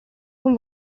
con